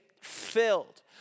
filled